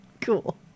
cool